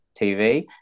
TV